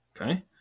Okay